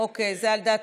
כן, אוקיי, זה על דעתכם.